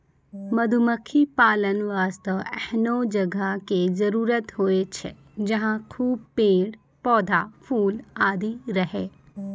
मधुमक्खी पालन वास्तॅ एहनो जगह के जरूरत होय छै जहाँ खूब पेड़, पौधा, फूल आदि रहै